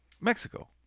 mexico